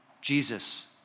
Jesus